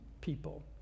people